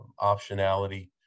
optionality